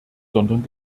sondern